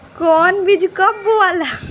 कौन बीज कब बोआला?